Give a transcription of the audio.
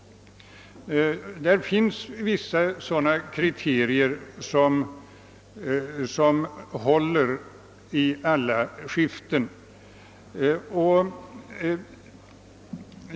Det finns vissa sådana kriterier, som håller i alla skiften.